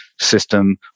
system